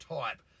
type